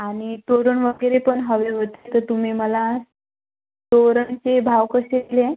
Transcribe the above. आणि तोरण वगैरे पण हवे होते तर तुम्ही मला तोरणचे भाव कसे दिले